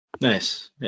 Nice